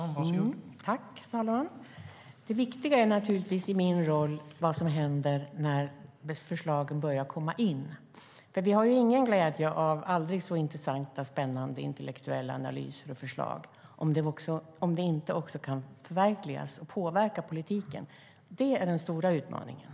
Herr talman! Det viktiga i min roll är naturligtvis vad som händer när förslagen börjar lämnas in. Vi har ingen glädje av aldrig så intressanta, spännande intellektuella analyser och förslag om de inte också kan förverkligas och påverka politiken. Det är den stora utmaningen.